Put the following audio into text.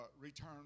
return